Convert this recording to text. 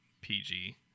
PG